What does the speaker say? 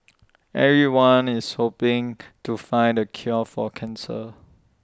everyone is hoping to find the cure for cancer